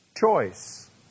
choice